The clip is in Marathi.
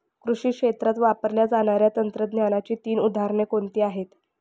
कृषी क्षेत्रात वापरल्या जाणाऱ्या तंत्रज्ञानाची तीन उदाहरणे कोणती आहेत?